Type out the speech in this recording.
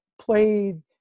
played